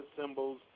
symbols